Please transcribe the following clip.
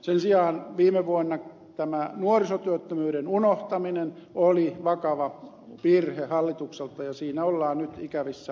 sen sijaan viime vuonna tämä nuorisotyöttömyyden unohtaminen oli vakava virhe hallitukselta ja siinä ollaan nyt ikävissä tilanteissa